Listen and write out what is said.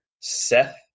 Seth